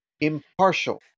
impartial